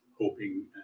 hoping